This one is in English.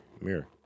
Mirror